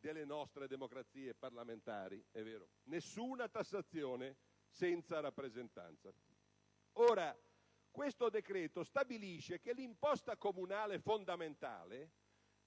delle nostre democrazie parlamentari. Nessuna tassazione senza rappresentanza. Ora, questo decreto stabilisce che l'imposta comunale fondamentale